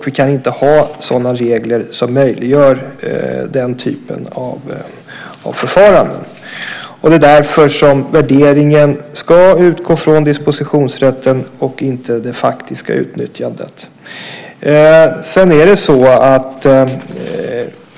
Vi kan inte ha sådana regler som möjliggör den typen av förfaranden. Det är därför som värderingen ska utgå från dispositionsrätten och inte från det faktiska utnyttjandet.